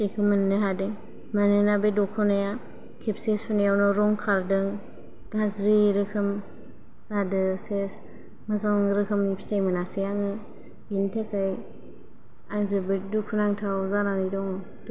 फिथाइखौ मोनो हादो मानोना दखनाया खेबसे सुनायावनो रं खारदों गाज्रि रोखोम जादो सेस मोजां रोखोमनि फिथाइ मोनासै आङो बेनिथाखाय आं जोबोर दुखुनांथाव जानानै दं